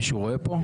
מישהו רואה פה?